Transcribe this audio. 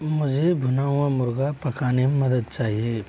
मुझे भुना हुआ मुर्ग़ा पकाने में मदद चाहिए